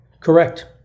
correct